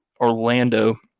Orlando